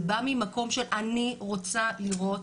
זה בא ממקום של אני רוצה לראות